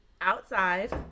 outside